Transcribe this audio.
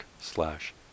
slash